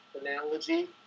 analogy